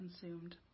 consumed